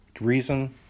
reason